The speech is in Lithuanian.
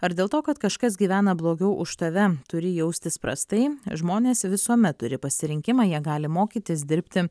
ar dėl to kad kažkas gyvena blogiau už tave turi jaustis prastai žmonės visuomet turi pasirinkimą jie gali mokytis dirbti